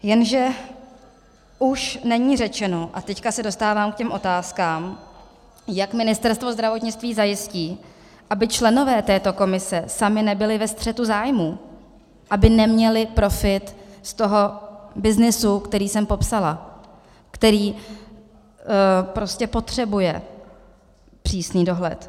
Jenže už není řečeno, a teď se dostávám k těm otázkám, jak Ministerstvo zdravotnictví zajistí, aby členové této komise sami nebyli ve střetu zájmů, aby neměli profit z toho byznysu, který jsem popsala, který prostě potřebuje přísný dohled.